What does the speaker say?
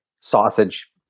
Sausage